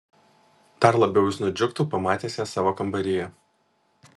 dar labiau jis nudžiugtų pamatęs ją savo kambaryje